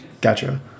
Gotcha